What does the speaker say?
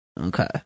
okay